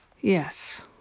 Yes